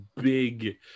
big